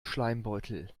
schleimbeutel